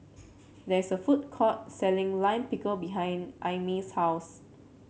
there is a food court selling Lime Pickle behind Aimee's house